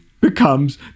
becomes